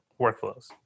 Workflows